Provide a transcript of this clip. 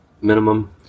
Minimum